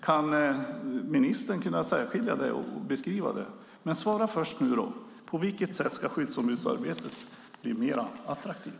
Kan ministern särskilja detta och beskriva det? Men svara först på frågan: På vilket sätt ska skyddsombudsarbetet bli mer attraktivt?